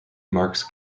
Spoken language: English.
marks